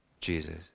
Jesus